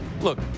Look